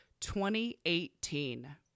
2018